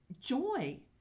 joy